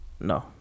no